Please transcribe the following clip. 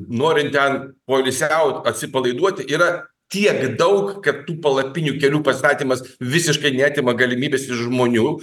norint ten poilsiaut atsipalaiduot tai yra tiek daug kad tų palapinių kelių pastatymas visiškai neatima galimybės iš žmonių